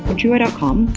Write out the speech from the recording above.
but juwai ah com,